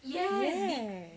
yes